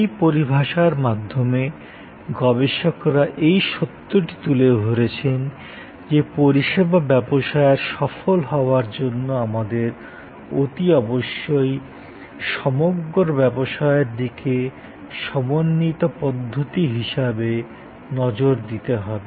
এই পরিভাষার মাধ্যমে গবেষকরা এই সত্যটি তুলে ধরেছেন যে পরিষেবা ব্যবসায় সফল হওয়ার জন্য আমাদের অতি অবশ্যই সমগ্র ব্যবসায়ের দিকে সমন্বীত পদ্ধতি হিসাবে নজর দিতে হবে